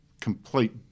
complete